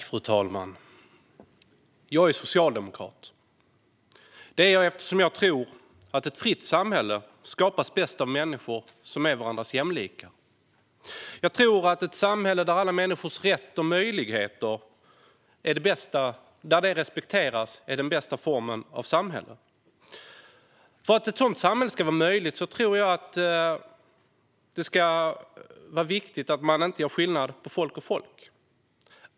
Fru talman! Jag är socialdemokrat. Det är jag eftersom jag tror att ett fritt samhälle bäst skapas av människor som är varandras jämlikar. Jag tror att ett samhälle där alla människors rätt och möjligheter respekteras är den bästa sortens samhälle. För att ett sådant samhälle ska vara möjligt är det viktigt, tror jag, att man inte gör skillnad på folk och folk.